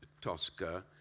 Tosca